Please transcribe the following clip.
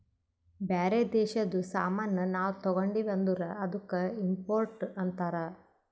ಬ್ಯಾರೆ ದೇಶದು ಸಾಮಾನ್ ನಾವು ತಗೊಂಡಿವ್ ಅಂದುರ್ ಅದ್ದುಕ ಇಂಪೋರ್ಟ್ ಅಂತಾರ್